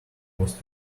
was